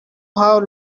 how